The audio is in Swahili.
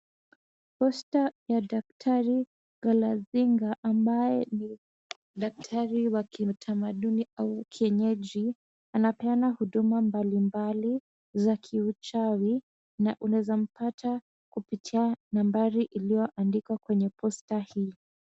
Poster ya daktari Galazinga ambaye ni daktari wa kitamaduni au kienyeji, anapeana huduma mbalimbali za kiuchawi na unaweza mpata kupitia nambari iliyoandikwa kwenye poster hii.